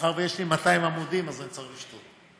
מאחר שיש לי 200 עמודים, אני צריך לשתות.